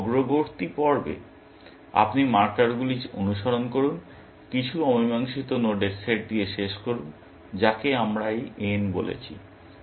সুতরাং অগ্রবর্তী পর্বে আপনি মার্কারগুলি অনুসরণ করুন কিছু অমীমাংসিত নোডের সেট দিয়ে শেষ করুন যাকে আমরা এই n বলেছি